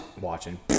watching